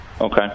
Okay